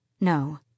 No